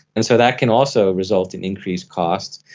and so that can also result in increased costs.